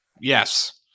Yes